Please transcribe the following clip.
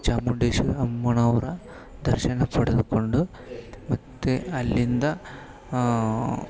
ಚಾಮುಂಡೇಶ್ವರಿ ಅಮ್ಮನವರ ದರ್ಶನ ಪಡೆದುಕೊಂಡು ಮತ್ತೆ ಅಲ್ಲಿಂದ